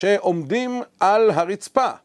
שעומדים על הרצפה